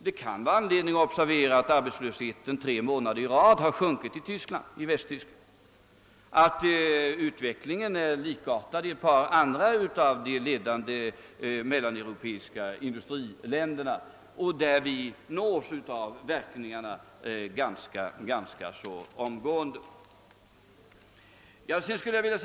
Det kan finnas anledning observera att arbetslösheten sjunkit tre månader i rad i Västtyskland och att utvecklingen är likartad i ett par andra ledande mellaneuropeiska industriländer, vilkas utveckling påverkar Sverige ganska snabbt.